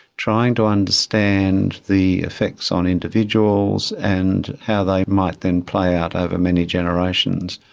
trying to understand the effects on individuals and how they might then play out over many generations.